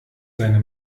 seine